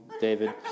David